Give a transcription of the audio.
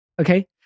Okay